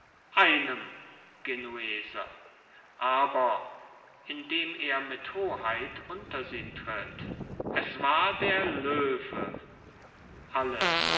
einem genueser aber indem er mit hoheit unter sie tritt es war der löwe alle